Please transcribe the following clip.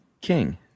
King